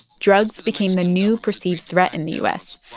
drugs became the new perceived threat in the u s.